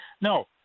No